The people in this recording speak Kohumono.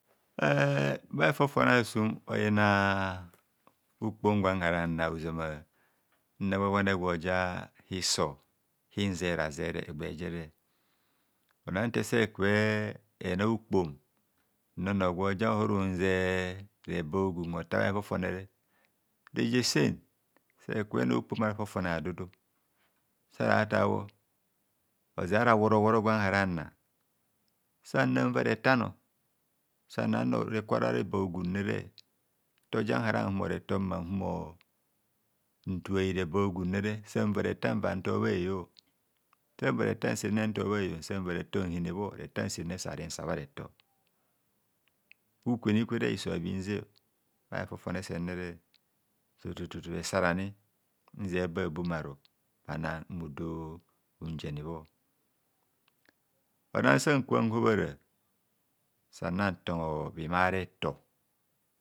Eh bha hevovone asum oyina ukpom gwan hara nna ozoma nna gwa gwa ne gwo ja hiso inzera zere egba jere ona ntese kubho ena ukpom nna onor gwor unze reba a'hogun otar bha hefofone bho reje sen se kubho ena nkpom ara fofone bhadudu sara ta bho ozara woro woro gwa nghananna sanna va retan sanano rekara reba a'ogune ntoja nhara nhumo retor ntuai reba a'hogunne san va re tan va ntor bha heyo san va retan senentor bhaheyo san va retor nghene bho retan sene sa rin sa bharetor ukwenukwenu gwere hiso habhinze bha hefofone sene tututu hesare ani nzia ababum aru bhana odunjane bhor ara nsan kubho nhobhara sana ntongho bhimai avetor.